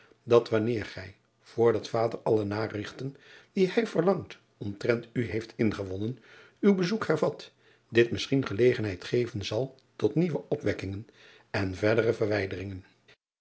dat wanneer gij voor dat vader alle narigten die hij verlangt omtrent u heeft ingewonnen uw bezoek hervat dit misschien gelegenheid geven zal tot nieuwe opwekkingen en verdere verwijderingen